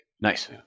Nice